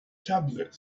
tablet